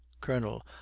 Colonel